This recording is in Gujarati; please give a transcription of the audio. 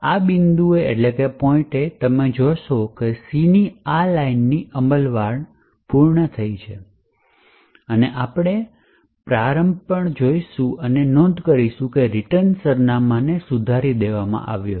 આ બિંદુએ તમે જોશો કે C ની આ લાઇનની અમલવારી પૂર્ણ થઈ છે અને આપણે પ્રારંભ પણ જોશું અને નોંધ કરીશું કે રિટર્ન સરનામાં સુધારી દેવામાં આવી છે